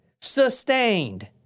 Sustained